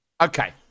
okay